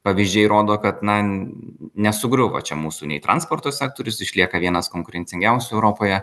pavyzdžiai rodo kad na nesugriuvo čia mūsų nei transporto sektorius išlieka vienas konkurencingiausių europoje